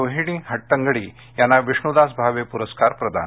रोहिणी हट्टंगडी यांना विष्णूदास भावे प्रस्कार प्रदान